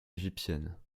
égyptienne